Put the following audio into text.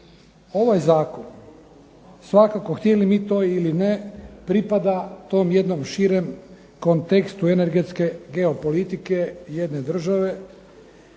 ovaj zakon svakako htjeli mi to ili ne pripada tom jednom širem kontekstu energetske geopolitike jedne države